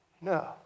No